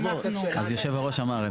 אז יושב הראש אמר את זה.